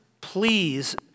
please